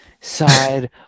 side